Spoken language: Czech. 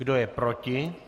Kdo je proti?